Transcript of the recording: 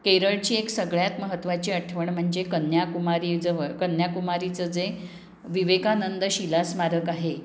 केरळची एक सगळ्यात महत्वाची आठवण म्हणजे कन्याकुमारी जवळ कन्याकुमारीचं जे विवेकानंद शिलास्मारक आहे